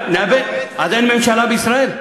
אז אין ממשלה בישראל?